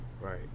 Right